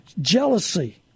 jealousy